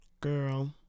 Girl